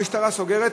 המשטרה סוגרת,